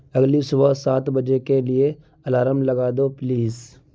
اگلی صبح سات بجے کے لیے الارم لگا دو پلیز